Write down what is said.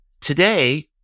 Today